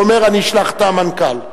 הוא אומר: אני אשלח את המנכ"ל.